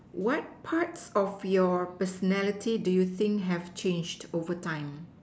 what parts of your personality do you think have changed over time